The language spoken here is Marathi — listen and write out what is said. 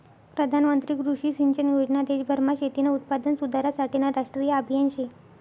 प्रधानमंत्री कृषी सिंचन योजना देशभरमा शेतीनं उत्पादन सुधारासाठेनं राष्ट्रीय आभियान शे